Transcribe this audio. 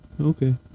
okay